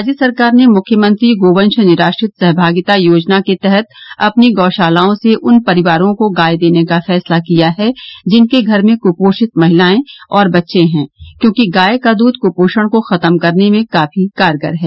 राज्य सरकार ने मुख्यमंत्री गोवंश निराश्रित सहभागिता योजना के तहत अपनी गौशालाओं से उन परिवारों को गाय देने का फैसला किया है जिनके घर में क्पोषित महिलाए और बच्चे हैं क्योंकि गाय का दूध क्पोषण को खत्म करने में काफी कारगर है